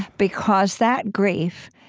because that grief,